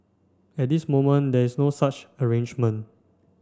at this moment there is no such arrangement